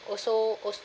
also als~